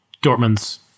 Dortmund's